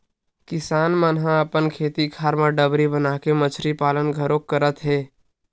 किसान मन ह अपन खेत खार म डबरी बनाके मछरी पालन घलोक करत हे